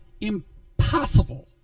impossible